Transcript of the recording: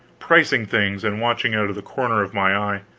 pricing things and watching out of the corner of my eye.